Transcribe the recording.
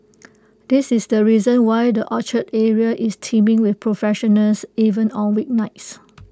this is the reason why the Orchard area is teeming with professionals even on weeknights